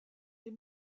les